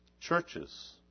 churches